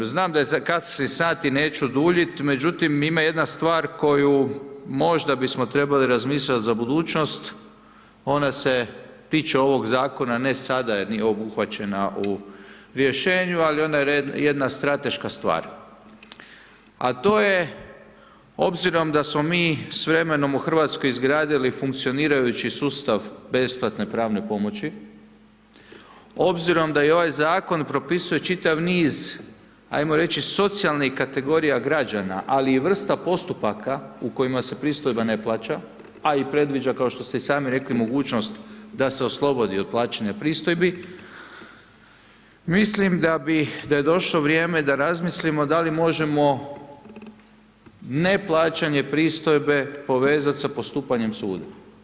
Znam da su kasni sati, neću duljiti, međutim, ima jedna stvar, koju možda bismo trebali razmišljati za budućnost, ona se tiče ovoga Zakona, ne sada jer nije obuhvaćena u rješenju, ali ona je jedna strateška stvar a to je obzirom da smo mi s vremenom u Hrvatskoj izgradili funkcionirajući sustav besplatne pravne pomoći, obzirom da i ovaj zakon propisuje čitav niz ajmo reći socijalnih kategorija građana ali i vrsta postupaka u kojima se pristojba ne plaća a i predviđa kao što ste i sami rekli mogućnost da se oslobodi od plaćanja pristojbi mislim da bi, da je došlo vrijeme da razmislimo da li možemo ne plaćanje pristojbe povezati sa postupanjem suda.